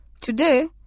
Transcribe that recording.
Today